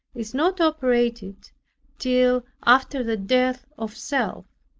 is not operated till after the death of self.